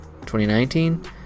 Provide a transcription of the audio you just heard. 2019